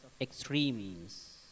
extremes